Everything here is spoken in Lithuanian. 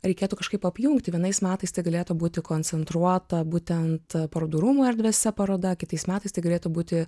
reikėtų kažkaip apjungti vienais metais tai galėtų būti koncentruota būtent parodų rūmų erdvėse paroda kitais metais tai galėtų būti